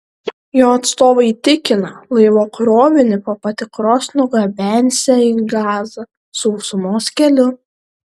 jo atstovai tikina laivo krovinį po patikros nugabensią į gazą sausumos keliu